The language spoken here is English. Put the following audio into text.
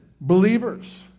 believers